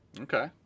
Okay